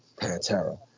Pantera